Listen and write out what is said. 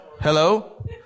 Hello